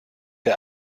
der